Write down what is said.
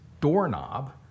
doorknob